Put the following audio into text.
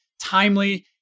timely